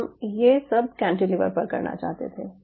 हम ये सब कैंटीलिवर पर करना चाहते थे